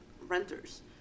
renters